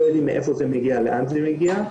לא יודעים מאיפה זה מגיע ולאן זה מגיע,